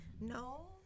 No